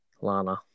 Lana